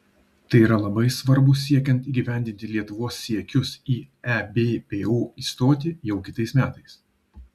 tai yra labai svarbu siekiant įgyvendinti lietuvos siekius į ebpo įstoti jau kitais metais